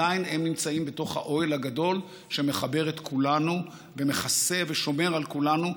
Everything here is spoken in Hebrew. עדיין הם נמצאים בתוך האוהל הגדול שמחבר את כולנו ומכסה ושומר על כולנו.